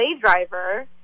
driver